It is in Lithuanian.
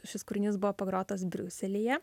šis kūrinys buvo pagrotas briuselyje